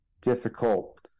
difficult